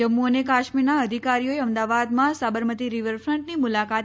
જમ્મુ અને કાશ્મીરના અધિકારીઓએ અમદાવાદમાં સાબરમતી રીવરફ્રન્ટની મુલાકાત